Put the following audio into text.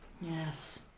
Yes